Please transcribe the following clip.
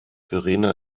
verena